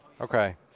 Okay